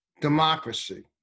democracy